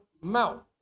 mouth